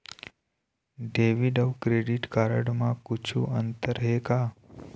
Debit अऊ credit card म कुछू अंतर हे का?